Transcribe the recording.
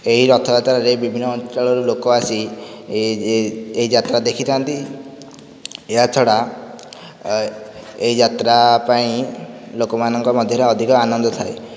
ଏହି ରଥଯାତ୍ରାରେ ବିଭିନ୍ନ ଅଞ୍ଚଳରୁ ଲୋକ ଆସି ଏହି ଯାତ୍ରା ଦେଖିଥାନ୍ତି ଏହାଛଡ଼ା ଏହି ଯାତ୍ରା ପାଇଁ ଲୋକମାନଙ୍କ ମଧ୍ୟରେ ଅଧିକା ଆନନ୍ଦ ଥାଏ